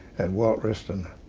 and walt wriston,